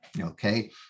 Okay